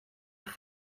noch